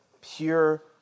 pure